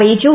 അറിയിച്ചു